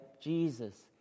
Jesus